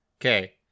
Okay